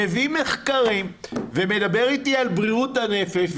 מביא מחקרים ומדבר איתי על בריאות הנפש,